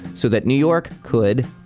so that new york could,